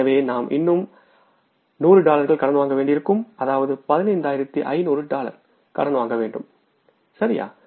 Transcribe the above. எனவே நாம் இன்னும் 100 டாலர்கள் கடன் வாங்க வேண்டியிருக்கும் அதாவது 15500 டாலர் கடன் வாங்கவேண்டும் சரியா